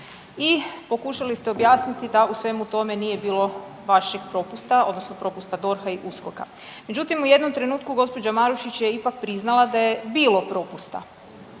i pokušali ste objasniti da u svemu tome nije bilo vašeg propusta odnosno propusta DORH-a i USKOK-a. Međutim u jednom trenutku gospođa Marušić je ipak priznala da je bilo propusta